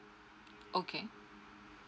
okay